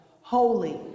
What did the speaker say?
Holy